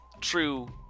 true